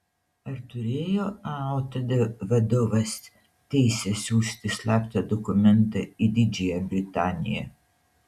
ar turėjo aotd vadovas teisę siųsti slaptą dokumentą į didžiąją britaniją